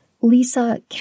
Lisa